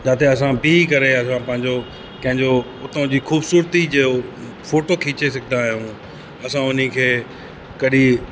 जाते असां बीहु करे अगरि पंहिंजो कंहिंजो उतां जी ख़ूबुसुरती जो फ़ोटो खीचे सघंदा आहियूं असां हुनखे कॾहिं